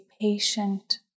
patient